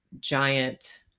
giant